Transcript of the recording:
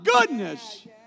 goodness